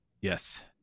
Yes